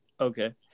Okay